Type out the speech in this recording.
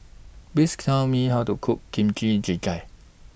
Please Tell Me How to Cook Kimchi Jjigae